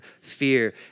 fear